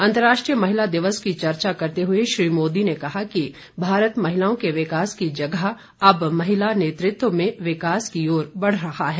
अंतर्राष्ट्रीय महिला दिवस की चर्चा करते हुए श्री मोदी ने कहा कि भारत महिलाओं के विकास की जगह अब महिला नेतृत्व में विकास की ओर बढ़ रहा है